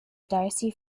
darcy